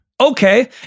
Okay